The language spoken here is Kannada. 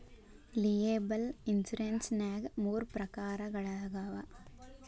ಲಿಯೆಬಲ್ ಇನ್ಸುರೆನ್ಸ್ ನ್ಯಾಗ್ ಮೂರ ಪ್ರಕಾರಗಳವ